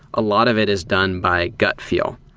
a lot of it is done by gut feel.